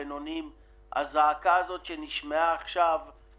אני עוצר את הדיון.